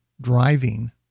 driving